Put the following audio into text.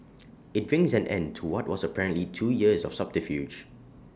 IT brings an end to what was apparently two years of subterfuge